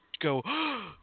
go